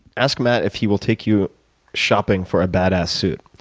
ask matt if he will take you shopping for a bad ass suit.